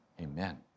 amen